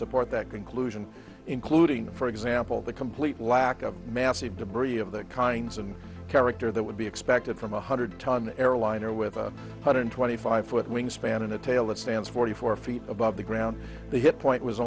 support that conclusion including for example the complete lack of massive debris of the kinds of character that would be expected from a hundred ton airliner with a hundred twenty five foot wingspan in a tail it stands for you or feet above the ground they hit point was